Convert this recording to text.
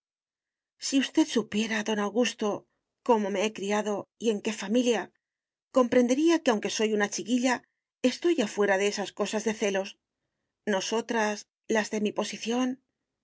si usted supiera don augusto cómo me he criado y en qué familia comprendería que aunque soy una chiquilla estoy ya fuera de esas cosas de celos nosotras las de mi posición